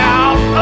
out